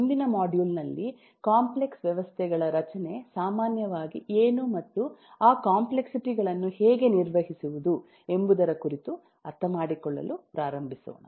ಮುಂದಿನ ಮಾಡ್ಯೂಲ್ನಲ್ಲಿ ಕಾಂಪ್ಲೆಕ್ಸ್ ವ್ಯವಸ್ಥೆಗಳ ರಚನೆ ಸಾಮಾನ್ಯವಾಗಿ ಏನು ಮತ್ತು ಆ ಕಾಂಪ್ಲೆಕ್ಸಿಟಿ ಗಳನ್ನು ಹೇಗೆ ನಿರ್ವಹಿಸುವುದು ಎಂಬುದರ ಕುರಿತು ಅರ್ಥಮಾಡಿಕೊಳ್ಳಲು ಪ್ರಾರಂಭಿಸೋಣ